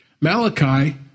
Malachi